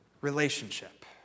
relationship